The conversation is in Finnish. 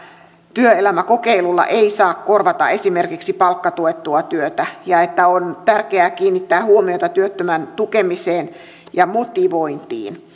työelämäkokeilulla ei saa korvata esimerkiksi palkkatuettua työtä ja että on tärkeää kiinnittää huomiota työttömän tukemiseen ja motivointiin